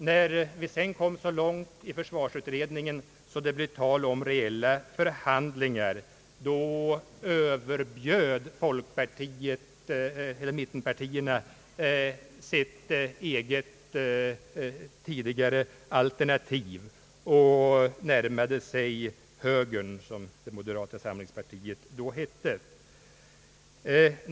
När vi sedan kom så långt i försvarsutredningen att det blev tal om reella förhandlingar överbjöd mittenpartierna sitt eget tidigare alternativ och närmade sig högern, som det moderata samlingspartiet då hette.